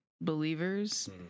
believers